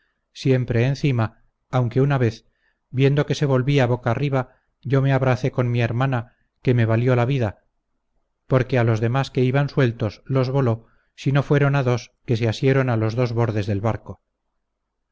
siempre encima aunque una vez viendo que se volvía boca arriba yo me abracé con mi hermana que me valió la vida porque a los demás que iban sueltos los voló sino fueron a dos que se asieron a los dos bordes del barco